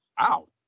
wow